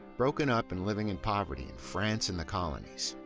broken up and living in poverty in france and the colonies,